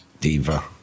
diva